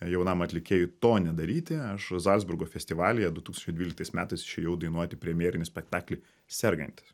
jaunam atlikėjui to nedaryti aš zalcburgo festivalyje du tūkstančiai dvyliktais metais išėjau dainuoti premjerinį spektaklį sergantis